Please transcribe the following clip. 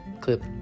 clip